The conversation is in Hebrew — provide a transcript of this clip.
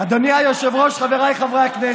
אדוני היושב-ראש, חבריי חברי הכנסת,